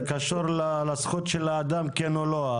זה קשור לזכות של האדם, כן או לא.